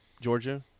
Georgia